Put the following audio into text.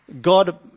God